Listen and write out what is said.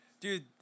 dude